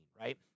right